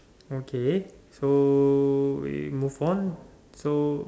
okay so we move on so